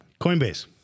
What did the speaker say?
Coinbase